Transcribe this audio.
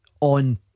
on